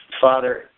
Father